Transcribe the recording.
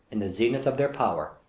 in the zenith of their power,